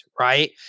right